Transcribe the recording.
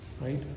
right